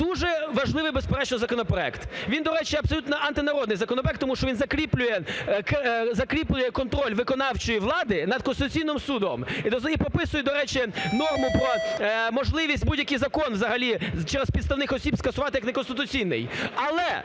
дуже важливий, безперечно, законопроект. Він, до речі, абсолютно антинародний законопроект, тому що закріплює контроль виконавчої влади над Конституційним Судом, і прописує, до речі, норму про можливість будь-який закон взагалі через підставних осіб скасувати як неконституційний.